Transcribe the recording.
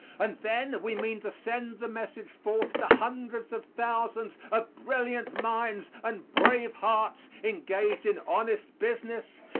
and then we mean to send the message forth to hundreds of thousands of brilliant minds and brave hearts engaged in honest business,